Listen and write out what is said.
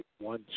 one